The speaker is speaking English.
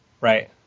Right